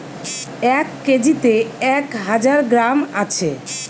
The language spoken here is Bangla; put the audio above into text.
এক কেজিতে এক হাজার গ্রাম আছে